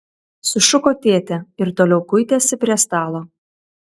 sušuko tėtė ir toliau kuitėsi prie stalo